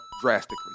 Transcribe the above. drastically